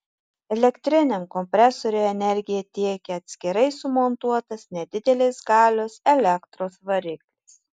elektriniam kompresoriui energiją tiekia atskirai sumontuotas nedidelės galios elektros variklis